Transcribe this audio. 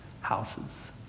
houses